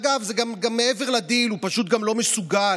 אגב, זה גם מעבר לדיל, הוא פשוט גם לא מסוגל.